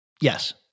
Yes